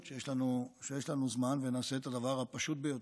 שיש לנו זמן ונעשה את הדבר הפשוט ביותר,